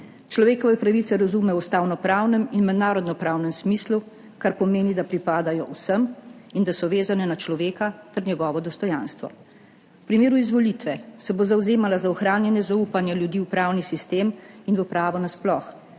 Človekove pravice razume v ustavnopravnem in mednarodnopravnem smislu, kar pomeni, da pripadajo vsem in da so vezane na človeka ter njegovo dostojanstvo. V primeru izvolitve se bo zavzemala za ohranjanje zaupanja ljudi v pravni sistem in v pravo nasploh,